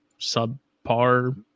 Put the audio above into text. subpar